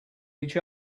each